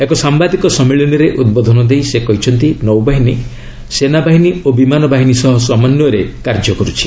ଏକ ସାମ୍ଭାଦିକ ସମ୍ମିଳନୀରେ ଉଦ୍ବୋଧନ ଦେଇ ସେ କହିଛନ୍ତି ନୌବାହିନୀ' ସେନାବାହିନୀ ଓ ବିମାନବାହିନୀ ସହ ସମନ୍ଧୟରେ କାର୍ଯ୍ୟ କରୁଛି